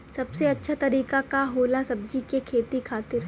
सबसे अच्छा तरीका का होला सब्जी के खेती खातिर?